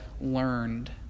learned